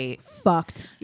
fucked